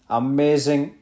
amazing